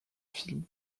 films